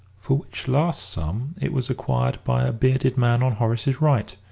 for which last sum it was acquired by a bearded man on horace's right,